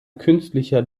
künstlicher